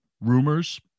rumors